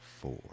four